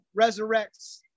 resurrects